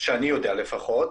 שאני יודע לפחות.